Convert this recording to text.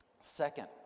Second